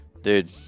Dude